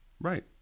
Right